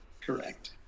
correct